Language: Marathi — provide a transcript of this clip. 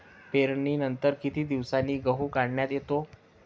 पेरणीनंतर किती दिवसांनी गहू काढण्यात येतो?